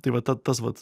tai va ta tas vat